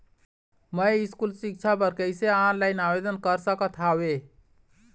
मैं स्कूल सिक्छा बर कैसे ऑनलाइन आवेदन कर सकत हावे?